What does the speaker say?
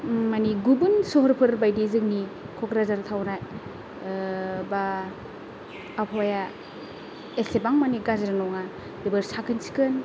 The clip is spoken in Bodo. मानि गुबुन सहरफोरबायदि जोंनि क'क्राझार टाउनआ बा आबहावाया एसेबांमानि गाज्रि नङा जोबोर साखोन सिखोन